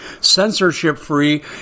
censorship-free